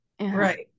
right